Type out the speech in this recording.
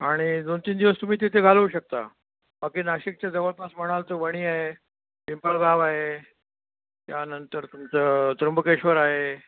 आणि दोन तीन दिवस तुम्ही तिथे घालवू शकता बाकी नाशिकच्या जवळपास म्हणाल तर वणी आहे पिंपळगाव आहे त्यानंतर तुमचं त्र्यंबकेश्वर आहे